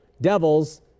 devils